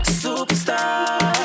superstar